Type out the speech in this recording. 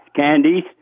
candies